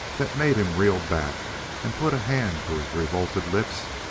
that made him reel back and put a hand to his revolted lips,